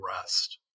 rest